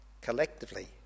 collectively